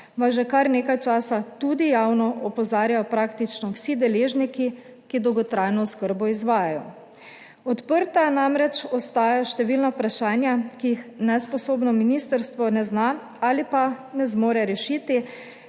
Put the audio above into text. vas že kar nekaj časa tudi javno opozarjajo praktično vsi deležniki, ki dolgotrajno oskrbo izvajajo. Odprta namreč ostajajo številna vprašanja, ki jih nesposobno ministrstvo ne zna ali pa ne zmore rešiti,